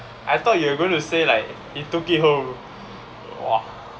I thought you were going to say like he took it home !wah!